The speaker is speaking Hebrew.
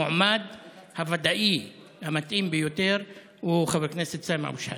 המועמד הוודאי המתאים ביותר הוא חבר הכנסת סמי אבו שחאדה.